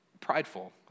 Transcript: prideful